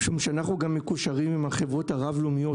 משום שאנחנו גם מקושרים עם החברות הרב-לאומיות,